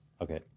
Okay